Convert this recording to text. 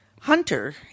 hunter